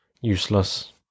useless